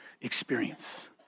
experience